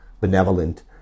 benevolent